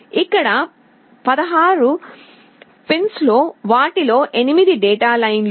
ఇక్కడ 16 పిన్స్ లో వాటిలో 8 డేటా లైన్లు